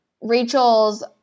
Rachel's